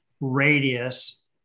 radius